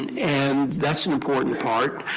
and and that's an important part.